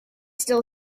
still